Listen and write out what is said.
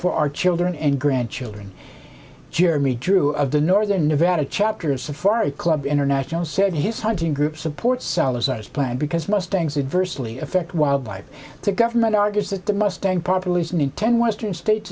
for our children and grandchildren jeremy drew of the northern nevada chapter of safari club international said his hunting group supports salazar's plan because mustangs adversely affect wildlife to government argues that the mustang population in ten western states